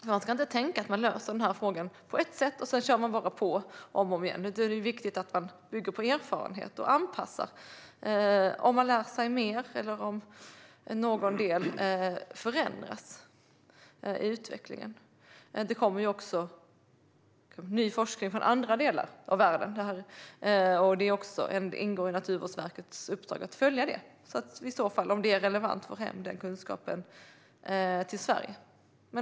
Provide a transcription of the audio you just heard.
Man ska inte tänka att man löser den här frågan på ett enda sätt och sedan kör på om och om igen. Det är i stället viktigt att man bygger erfarenhet och anpassar sig om man lär sig mer eller om utvecklingen i någon del förändras. Det kommer också ny forskning från andra delar av världen, och det är en ingång i Naturvårdsverkets uppdrag att följa den så att vi, om det är relevant, får hem den kunskapen till Sverige.